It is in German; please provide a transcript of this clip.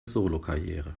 solokarriere